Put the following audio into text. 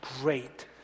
great